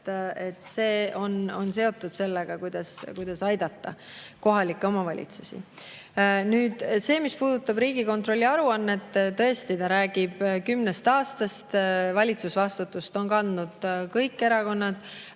See on seotud sellega, kuidas aidata kohalikke omavalitsusi. Nüüd see, mis puudutab Riigikontrolli aruannet, tõesti, ta räägib kümnest aastast. Valitsusvastutust on kandnud kõik erakonnad